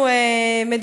מה ליצ'י עכשיו, ב-01:00?